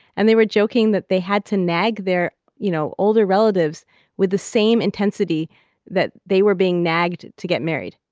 and they were joking that they had to nag their you know older relatives with the same intensity that they were being nagged to get married